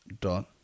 dot